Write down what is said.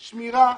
שמירה,